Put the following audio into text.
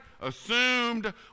assumed